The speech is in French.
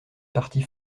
partit